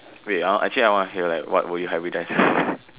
wait hor actually I wanna hear eh what woud you hybridize